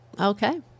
Okay